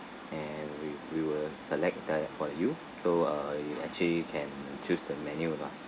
and we we will select that for you so uh you actually can choose the menu lah